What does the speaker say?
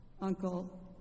uncle